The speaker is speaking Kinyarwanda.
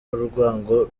urwango